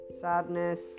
sadness